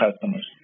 customers